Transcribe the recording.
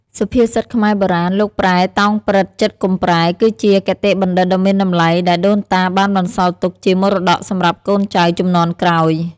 សុភាសិតខ្មែរបុរាណ "លោកប្រែ តោងព្រឹត្តិ ចិត្តកុំប្រែ" គឺជាគតិបណ្ឌិតដ៏មានតម្លៃ ដែលដូនតាបានបន្សល់ទុកជាមរតកសម្រាប់កូនចៅជំនាន់ក្រោយ។